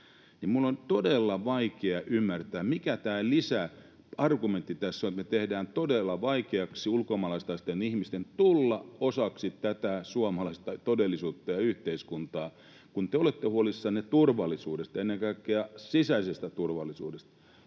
Minun on todella vaikea ymmärtää, mikä tämä lisäargumentti tässä on, että me tehdään todella vaikeaksi ulkomaalaistaustaisille ihmisille tulla osaksi tätä suomalaista todellisuutta ja yhteiskuntaa. Kun te olette huolissanne turvallisuudesta, ennen kaikkea sisäisestä turvallisuudesta,